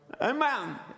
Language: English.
Amen